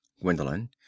Gwendolen